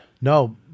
no